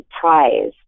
prize